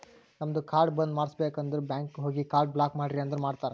ನಮ್ದು ಕಾರ್ಡ್ ಬಂದ್ ಮಾಡುಸ್ಬೇಕ್ ಅಂದುರ್ ಬ್ಯಾಂಕ್ ಹೋಗಿ ಕಾರ್ಡ್ ಬ್ಲಾಕ್ ಮಾಡ್ರಿ ಅಂದುರ್ ಮಾಡ್ತಾರ್